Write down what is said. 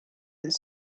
his